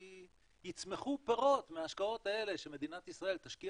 כשיצמחו פירות מההשקעות האלה שמדינת ישראל תשקיע